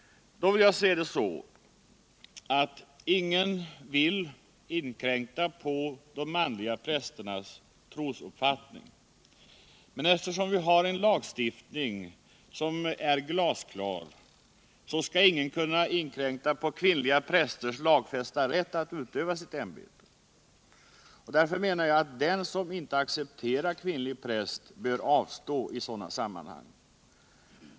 Då vill jag se det så att ingen vill inkräkta på de manliga prästernas trosuppfattning. Men eftersom vi har en lagstiftning som är glasklar. skall ingen kunna inkräkta på kvinnliga prästers lag fästa rätt att utöva sitt ämbete. Därför menar jag att den som inte accepterar kvinnlig präst bör avstå i sådana sammanhang.